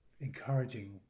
encouraging